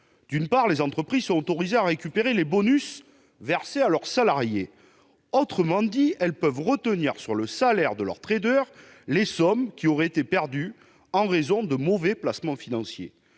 D'une part, les entreprises sont ainsi autorisées à récupérer les bonus versés à leurs salariés ; autrement dit, elles peuvent retenir sur le salaire de leurs traders les sommes qui auraient été perdues en raison de mauvais placements financiers.